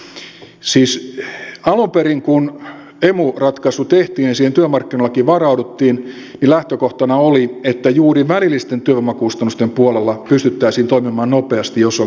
siis alun perin kun emu ratkaisu tehtiin ja siihen työmarkkinoillakin varauduttiin lähtökohtana oli että juuri välillisten työvoimakustannusten puolella pystyttäisiin toimimaan nopeasti jos on kilpailukykyongelma syntynyt